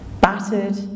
battered